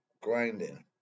Grinding